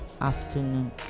afternoon